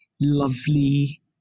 lovely